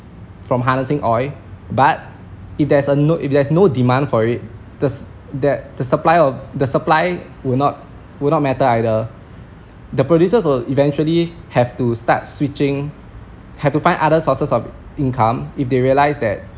from harnessing oil but if there is a no if there's no demand for it thus that the supplier of the supply will not will not matter either the producers will eventually have to start switching have to find other sources of income if they realise that